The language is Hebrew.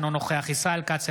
אינו נוכח ישראל כץ,